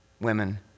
women